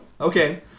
Okay